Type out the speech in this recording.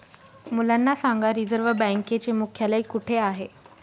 मुलांना सांगा रिझर्व्ह बँकेचे मुख्यालय कुठे आहे